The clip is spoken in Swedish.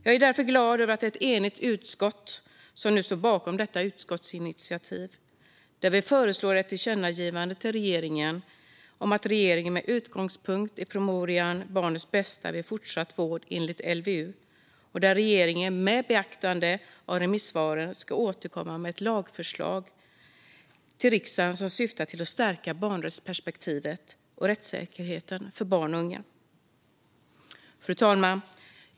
Jag är därför glad över att det är ett enigt utskott som står bakom detta utskottsinitiativ. Vi föreslår ett tillkännagivande till regeringen om att den, med utgångspunkt i promemorian Barnets bästa vid fortsatt vård enligt LVU och med beaktande av remissvaren, ska återkomma till riksdagen med ett lagförslag som syftar till att stärka barnrättsperspektivet och rättssäkerheten för barn och unga. Fru talman!